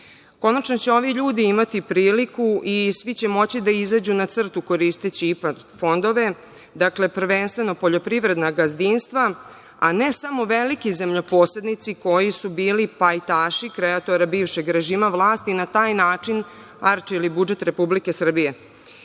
Konačno će ovi ljudi imati priliku i svi će moći da izađu na crtu koristeći IPA fondove, dakle, prvenstveno poljoprivredna gazdinstva, a ne samo veliki zemljoposednici koji su bili pajtaši kreatora bivšeg režima vlasti i na taj način arčili budžet Republike Srbije. Jedna